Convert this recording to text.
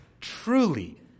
truly